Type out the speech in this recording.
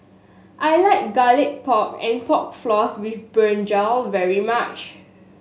I like Garlic Pork and Pork Floss with brinjal very much